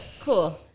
cool